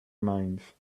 mind